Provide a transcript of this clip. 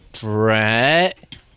Brett